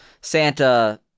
Santa